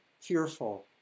fearful